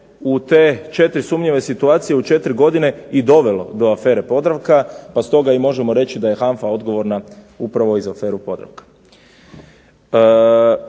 u te 3 sumnjive situacije u 4 godine dovelo do afere Podravka, pa stoga možemo reći da je HANFA odgovorna upravo za aferu Podravka.